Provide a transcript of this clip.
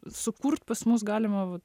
sukurt pas mus galima vat